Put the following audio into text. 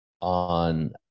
on